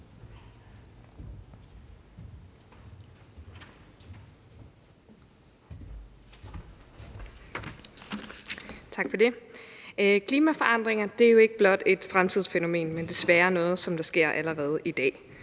Klimaforandringer er jo ikke blot et fremtidsfænomen, men desværre noget, som sker allerede i dag.